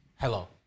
Hello